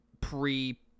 pre